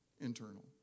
Internal